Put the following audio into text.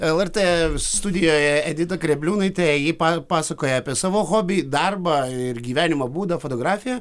lrt studijoje edita grėbliūnaitė ji pa pasakoja apie savo hobį darbą ir gyvenimo būdą fotografiją